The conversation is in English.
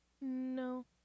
No